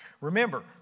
Remember